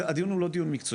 הדיון הוא לא דיון מקצועי,